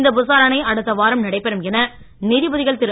இந்த விசாரணை அடுத்த வாரம் நடைபெறும் என நீதிபதிகள் திரு